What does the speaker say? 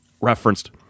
referenced